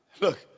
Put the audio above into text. look